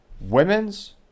women's